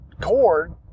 cord